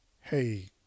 Hey